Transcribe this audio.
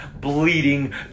bleeding